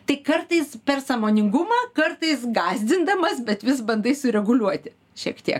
tai kartais per sąmoningumą kartais gąsdindamas bet vis bandai sureguliuoti šiek tiek